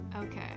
okay